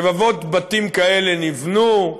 רבבות בתים כאלה נבנו,